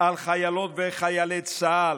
על חיילות וחיילי צה"ל,